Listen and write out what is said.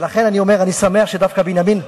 ולכן אני אומר, אני שמח שדווקא בנימין,